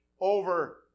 over